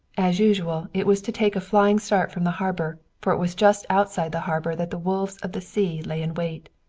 as usual, it was to take a flying start from the harbor, for it was just outside the harbor that the wolves of the sea lay in wait.